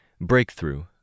Breakthrough